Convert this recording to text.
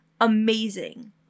amazing